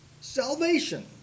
salvation